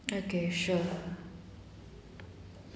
okay sure